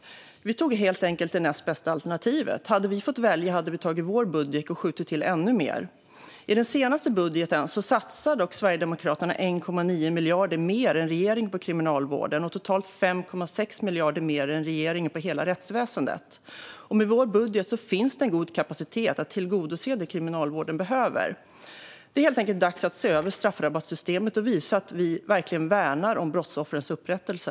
Vi tog helt enkelt det näst bästa alternativet. Hade vi fått välja hade vi tagit vår budget och skjutit till ännu mer. I den senaste budgeten satsar Sverigedemokraterna 1,9 miljarder mer än regeringen på Kriminalvården och totalt 5,6 miljarder mer än regeringen på hela rättsväsendet. Med vår budget finns det en god kapacitet att tillgodose det som Kriminalvården behöver. Det är dags att se över straffrabattssystemet och visa att vi verkligen värnar om brottsoffrens upprättelse.